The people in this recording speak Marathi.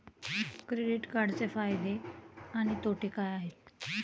क्रेडिट कार्डचे फायदे आणि तोटे काय आहेत?